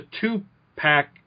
two-pack